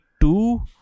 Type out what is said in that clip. two